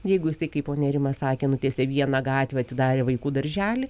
jeigu jisai kaip ponia rima sakė nutiesė vieną gatvę atidarė vaikų darželį